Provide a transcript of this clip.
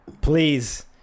please